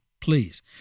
please